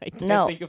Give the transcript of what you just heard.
No